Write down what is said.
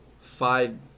five